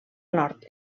nord